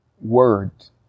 words